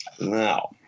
now